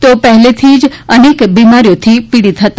તેઓ પહેલાથી અનેક બિમારીઓથી પીડાતા હતા